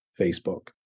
Facebook